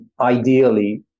ideally